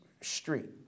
street